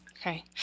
Okay